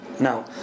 Now